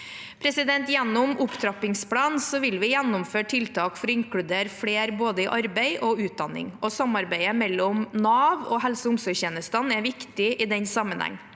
Gjennom opptrappingsplanen vil vi gjennomføre tiltak for å inkludere flere i både arbeid og utdanning. Samarbeidet mellom Nav og helse- og omsorgstjenestene er viktig i den sammenheng.